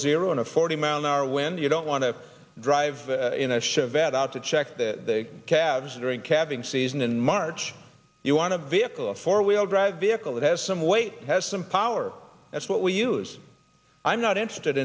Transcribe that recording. zero in a forty mile an hour wind you don't want to drive in a show a vet out to check the calves during calving season in march you want to vehicle a four wheel drive vehicle that has some weight has some power that's what we use i'm not interested